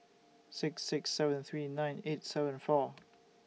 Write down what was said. six six seven three nine eight seven four